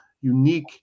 unique